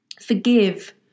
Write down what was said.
forgive